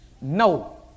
No